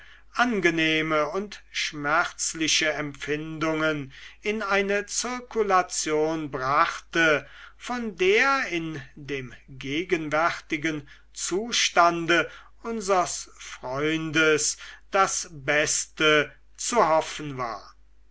angenehme und schmerzliche empfindungen in eine zirkulation brachte von der in dem gegenwärtigen zustande unsers freundes das beste zu hoffen war